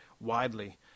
widely